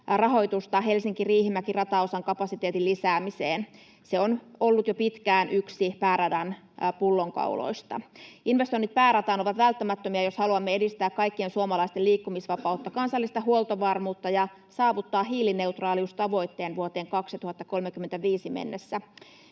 rahoitusta Helsinki—Riihimäki-rataosan kapasiteetin lisäämiseen. Se on ollut jo pitkään yksi pääradan pullonkauloista. Investoinnit päärataan ovat välttämättömiä, jos haluamme edistää kaikkien suomalaisten liikkumisvapautta ja kansallista huoltovarmuutta ja saavuttaa hiilineutraaliustavoitteen vuoteen 2035 mennessä.